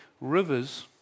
rivers